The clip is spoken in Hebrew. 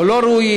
או לא ראויים,